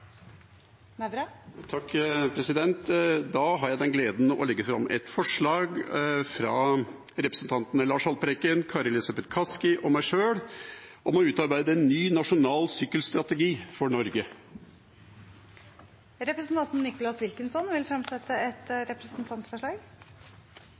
Jeg har gleden av å legge fram et forslag fra representantene Lars Haltbrekken, Kari Elisabeth Kaski og meg sjøl om å utarbeide en ny nasjonal sykkelstrategi for Norge. Representanten Nicholas Wilkinson vil fremsette et